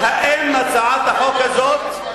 האם הצעת החוק הזאת,